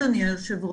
אדוני היושב ראש,